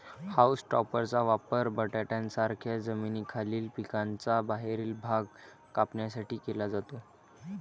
haulm टॉपरचा वापर बटाट्यांसारख्या जमिनीखालील पिकांचा बाहेरील भाग कापण्यासाठी केला जातो